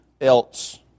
else